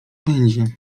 będzie